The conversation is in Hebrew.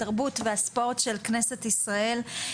התרבות והספורט של כנסת ישראל.